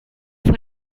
von